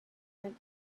went